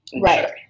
Right